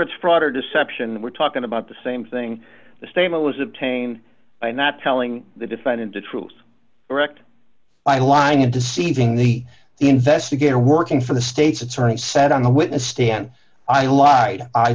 it's fraud or deception we're talking about the same thing the statement was obtained by not telling the defendant the truth direct by lying and deceiving the investigator working for the state's attorney sat on the witness stand i lied i